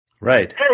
right